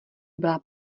byla